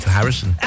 Harrison